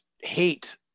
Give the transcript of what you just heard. hate